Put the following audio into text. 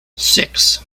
six